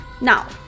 Now